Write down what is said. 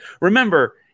Remember